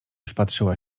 wpatrzyła